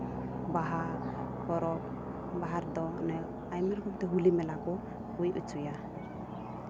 ᱵᱟᱦᱟ ᱯᱚᱨᱚᱵᱽ ᱵᱟᱦᱟ ᱨᱮᱫᱚ ᱚᱱᱮ ᱟᱭᱢᱟ ᱨᱚᱠᱚᱢ ᱛᱮ ᱦᱚᱞᱤ ᱢᱮᱞᱟ ᱠᱚ ᱦᱩᱭ ᱦᱚᱪᱚᱭᱟ